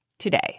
today